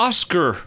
Oscar